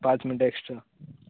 पांच मिंनटा ऍकस्ट्रा